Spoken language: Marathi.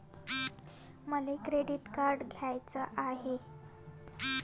मले क्रेडिट कार्ड घ्याचं हाय, त मले माया खात्यात कितीक पैसे ठेवणं जरुरीच हाय?